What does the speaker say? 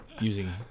using